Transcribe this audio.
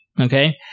Okay